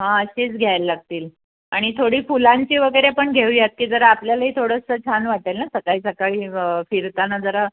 हा अशीच घ्यायला लागतील आणि थोडी फुलांची वगैरे पण घेऊयात की जरा आपल्याला ही थोडंसं छान वाटेल ना सकाळी सकाळी फिरताना जरा